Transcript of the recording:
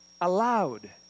allowed